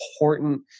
important